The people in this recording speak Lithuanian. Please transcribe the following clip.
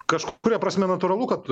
kažkuria prasme natūralu kad